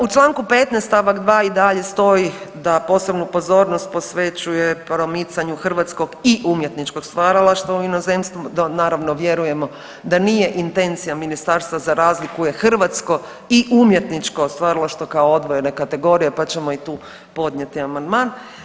U članku 15. stavak 2. i dalje stoji da posebnu pozornost posvećuje promicanju hrvatskog i umjetničkog stvaralaštva u inozemstvu, do naravno vjerujemo da nije intencija ministarstva za razliku je hrvatsko i umjetničko stvaralaštvo kao odvojene kategorije, pa ćemo i tu podnijeti amandman.